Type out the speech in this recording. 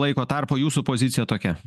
laiko tarpo jūsų pozicija tokia